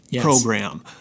program